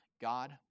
God